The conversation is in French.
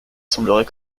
semblerait